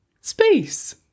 space